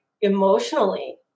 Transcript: emotionally